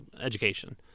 education